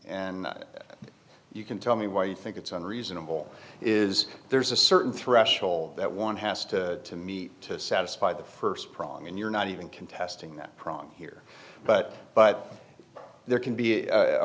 and you can tell me why you think it's unreasonable is there's a certain threshold that one has to meet to satisfy the st problem and you're not even contesting that problem here but but there can be